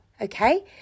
okay